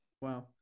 Wow